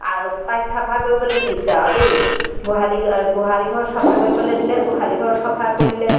তাইক চাফা কৰিবলৈ দিছে আৰু দেই গোহালি গোহালি ঘৰ চাফা কৰিবলৈ দিলে গোহালি ঘৰ চাফা কৰিলে